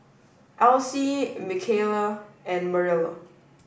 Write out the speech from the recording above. Alcee Michaele and Marilla